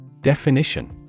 Definition